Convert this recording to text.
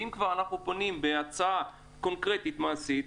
אם כבר אנחנו פונים בהצעה קונקרטית מעשית,